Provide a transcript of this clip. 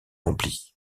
remplie